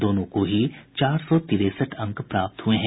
दोनों को ही चार सौ तिरेसठ अंक प्राप्त हुए हैं